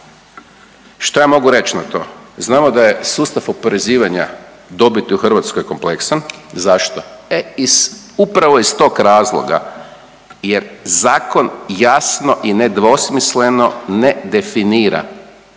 Što ja mogu reći na to? Znamo da je sustav oporezivanja dobiti u Hrvatskoj kompleksan. Zašto? E iz, upravo iz tog razloga jer zakon jasno i nedvosmisleno ne definira